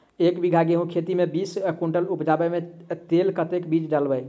एक बीघा गेंहूँ खेती मे बीस कुनटल उपजाबै केँ लेल कतेक बीज डालबै?